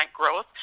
growth